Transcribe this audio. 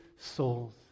souls